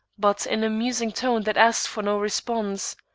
but in a musing tone that asked for no response.